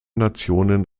nationen